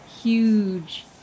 huge